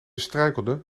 struikelde